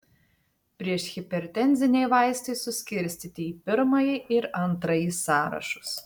priešhipertenziniai vaistai suskirstyti į pirmąjį ir antrąjį sąrašus